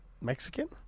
Mexican